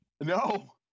no